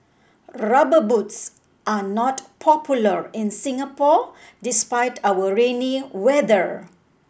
Rubber Boots are not popular in Singapore despite our rainy weather